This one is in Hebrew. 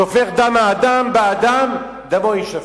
שופך דם האדם באדם דמו יישפך.